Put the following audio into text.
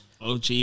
OG